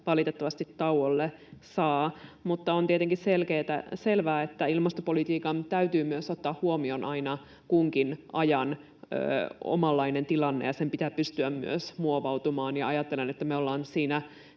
valitettavasti tauolle saa. Mutta on tietenkin selvää, että ilmastopolitiikan täytyy myös ottaa huomioon aina kunkin ajan omanlainen tilanne ja sen pitää pystyä myös muovautumaan, ja ajattelen, että me ollaan siinä